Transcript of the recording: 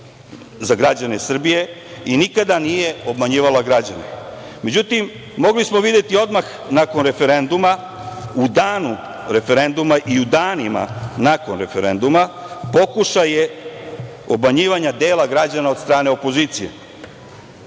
za građane Srbije i nikada nije obmanjivala građane. Međutim, mogli smo videti odmah nakon referenduma, u danu referenduma i danima nakon referenduma pokušaje obmanjivanja dela građana od strane opozicije.O